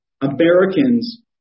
Americans